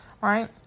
right